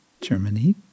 Germany